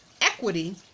equity